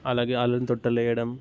అలాగే వాళ్ళని తొట్టిలో వేయడం